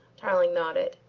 tarling nodded.